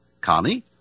Connie